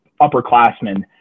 upperclassmen